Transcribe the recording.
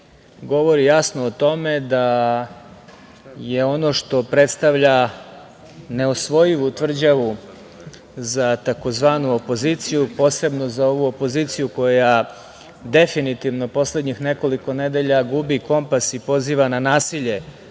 govori jasno o tome je ono što predstavlja neosvojivu tvrđavu za, takozvanu opoziciju, posebno za ovu opoziciju koja definitivno poslednjih nekoliko nedelja gubi kompas i poziva na nasilje